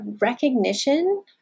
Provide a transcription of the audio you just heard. recognition